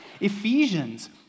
Ephesians